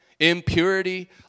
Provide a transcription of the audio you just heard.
impurity